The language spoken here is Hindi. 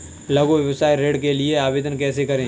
लघु व्यवसाय ऋण के लिए आवेदन कैसे करें?